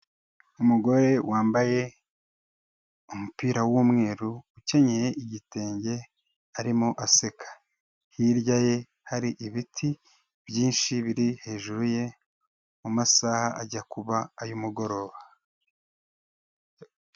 Umugore wambaye umupira w'umweru, ukenyeye igitenge arimo aseka, hirya ye hari ibiti byinshi biri hejuru ye mu mumasaha ajya kuba ay'umugoroba.